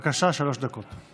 בבקשה, שלוש דקות.